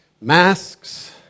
masks